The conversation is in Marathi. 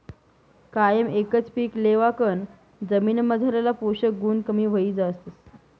कायम एकच पीक लेवाकन जमीनमझारला पोषक गुण कमी व्हयी जातस